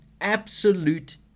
absolute